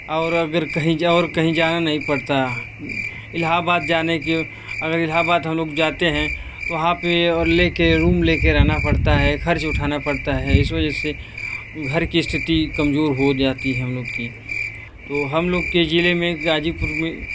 और अगर कहीं जाओ और कहीं जाना नहीं पड़ता इलाहाबाद जाने की अगर इलाहाबाद हम लोग जाते हैं तो वहाँ पे और लेके रूम लेके रहना पड़ता है खर्च उठाना पड़ता है इस वजह से घर की स्थिति कमज़ोर हो जाती है हम लोग की तो हम लोग के ज़िले में ग़ाज़ीपुर में